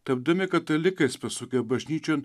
tapdami katalikais pasukę bažnyčion